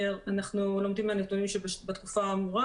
אנחנו לומדים מהנתונים שבתקופה האמורה,